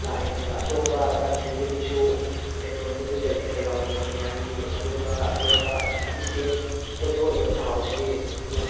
ꯂꯥꯛꯏꯕꯅꯦꯕ ꯑꯇꯣꯞꯄ ꯀꯟꯇ꯭ꯔꯤꯗꯒꯤꯁꯨ ꯄꯦꯇ꯭ꯔꯣꯜꯁꯤ ꯄꯨꯁꯜꯂꯛꯄ ꯌꯥꯎꯋꯦꯕ ꯏꯟꯗꯤꯌꯥꯒꯤꯗꯤ ꯑꯗꯨꯒ ꯑꯇꯣꯞꯄ ꯏꯁꯇꯦꯠꯀꯤꯗ ꯊꯣꯛꯏꯕ ꯊꯥꯎꯁꯦ